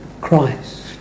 Christ